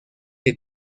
que